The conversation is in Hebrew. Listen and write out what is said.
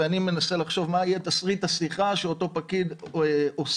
ואני מנסה לחשוב מה יהיה תסריט השיחה שאותו פקיד עושה.